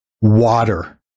Water